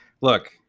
look